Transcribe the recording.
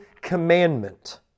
commandment